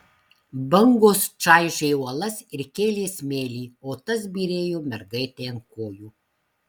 bangos čaižė uolas ir kėlė smėlį o tas byrėjo mergaitei ant kojų